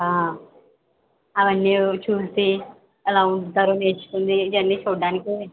అవన్నీ చూసి ఎలా వండుతారో నేర్చుకుని ఇవన్నీ చూడ్డానికి